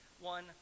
one